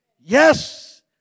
Yes